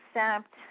accept